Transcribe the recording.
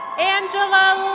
angela